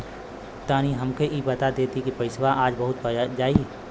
तनि हमके इ बता देती की पइसवा आज पहुँच जाई?